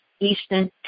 Eastern